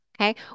Okay